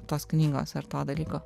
tos knygos ar to dalyko